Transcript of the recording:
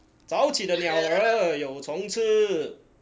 早起的鸟儿有虫吃